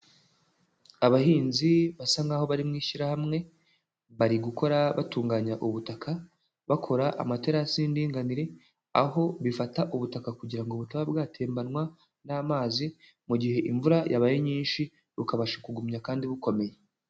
Abahinzi basa nk'aho bari mu ishyirahamwe, bari gukora batunganya ubutaka, bakora amatarasi y'indinganire, aho bifata ubutaka kugira ngo butaba bwatembanwa n'amazi, mu gihe imvura yabaye nyinshi bukabasha kugumya kandi bukomeye.